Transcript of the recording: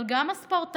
אבל גם הספורטאים,